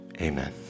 Amen